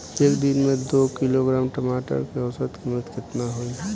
एक दिन में दो किलोग्राम टमाटर के औसत कीमत केतना होइ?